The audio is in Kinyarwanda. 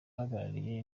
uhagarariye